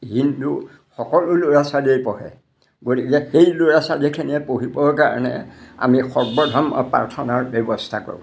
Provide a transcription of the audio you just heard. হিন্দু সকলো ল'ৰা ছোৱালীয়েই পঢ়ে গতিকে সেই ল'ৰা ছোৱালীখিনিয়ে পঢ়িবৰ কাৰণে আমি সৰ্বধৰ্ম প্ৰাৰ্থনাৰ ব্যৱস্থা কৰোঁ